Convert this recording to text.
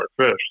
fish